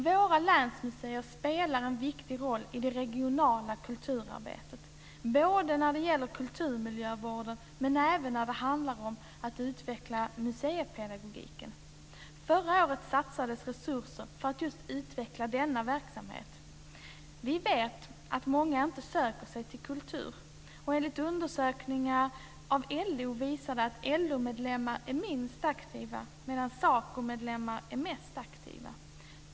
Våra länsmuseer spelar en viktig roll i det regionala kulturarbetet, både när det gäller kulturmiljövården och när det handlar om att utveckla museipedagogiken. Förra året satsades det resurser för att man just skulle utveckla denna verksamhet. Vi vet att många inte söker sig till kultur. Undersökningar av LO visade att LO-medlemmar är minst aktiva medan SACO-medlemmar är mest aktiva.